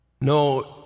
No